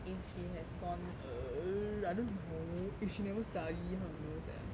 if she has gone err I don't know if she never study how I know sia